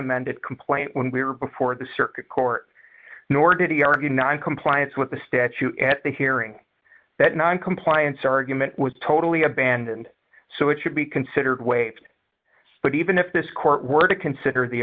amended complaint when we were before the circuit court nor did he argue noncompliance with the statue at the hearing that noncompliance argument was totally abandoned so it should be considered waived but even if this court were to consider the